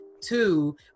Two